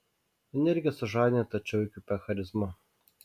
energija sužadina tačiau įkvepia charizma